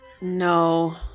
No